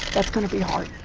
that's going to be hard